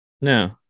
No